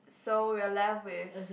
so we are left with